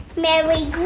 Merry